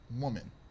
woman